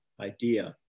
Idea